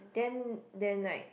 then then like